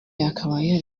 yakabaye